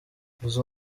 izo